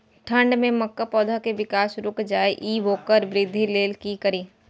ठंढ में मक्का पौधा के विकास रूक जाय इ वोकर वृद्धि लेल कि करी?